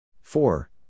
Four